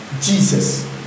Jesus